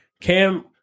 Cam